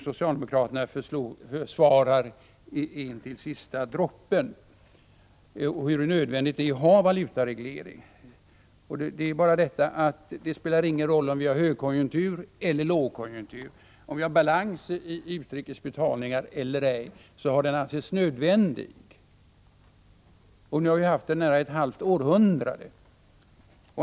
Socialdemokraterna försvarar denna in till sista droppen och talar om hur nödvändigt det är att ha den. Det spelar emellertid inte någon roll om vi har högkonjunktur eller lågkonjunktur, om vi har balans i utrikesbetalningarna eller ej, valutaregleringen har hela tiden ansetts vara nödvändig. Nu har vi haft den nära ett halvt århundrade.